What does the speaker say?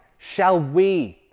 shall we?